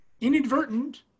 inadvertent